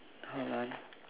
hold on